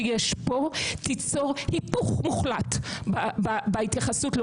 כדי לשרת את הציבור צריך לעמוד בסטנדרטים גבוהים מאוד של אתיקה,